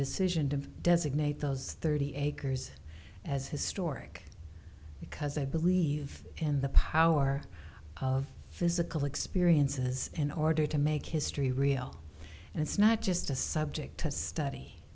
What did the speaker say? decision to designate those thirty acres as historic because i believe in the power of physical experiences in order to make history real and it's not just a subject to study